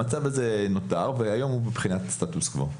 המצב הזה נותר והיום הוא מבחינת סטטוס קוו.